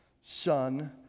son